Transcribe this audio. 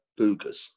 Boogers